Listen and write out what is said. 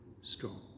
strong